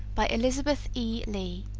by elizabeth e. lea